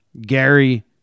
Gary